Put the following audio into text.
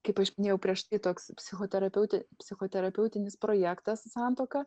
kaip aš minėjau prieš tai toks psichoterapeutė psichoterapeutinis projektas santuoka